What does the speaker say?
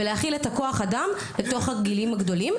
ולהכיל את כוח האדם לתוך הגילאים הגדולים,